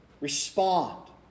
respond